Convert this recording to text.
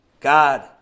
God